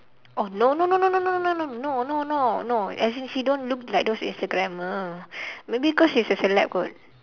oh no no no no no no no no no as in she don't look like those instagrammer maybe cause she's a celeb kot